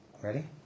Ready